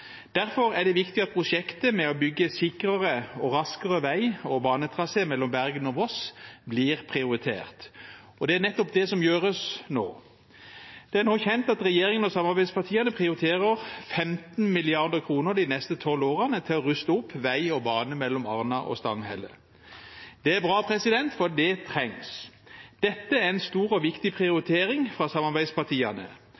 Derfor er det viktig at prosjektet med å bygge sikrere og raskere vei- og banetrasé mellom Bergen og Voss blir prioritert. Og det er nettopp det som gjøres nå. Det er nå kjent at regjeringen og samarbeidspartiene prioriterer 15 mrd. kr de neste tolv årene til å ruste opp vei og bane mellom Arna og Stanghelle. Det er bra, for det trengs. Dette er en stor og viktig